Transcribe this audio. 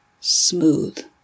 smooth